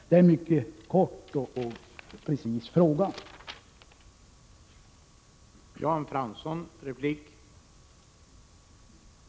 Det är en kortfattad och precis frågeställning.